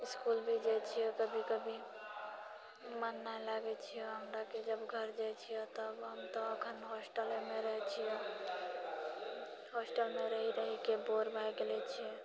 school भी जाइत छियै कभी कभी मन नहि लागैत छियै हमराकेँ जब घर जाइत छियै तऽ हम तँ अखन हॉस्टलेमे रहैत छियै हॉस्टलमे रहि रहिके बोर भए गेल छियै